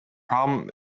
problem